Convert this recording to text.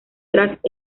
tras